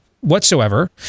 whatsoever